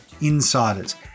Insiders